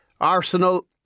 Arsenal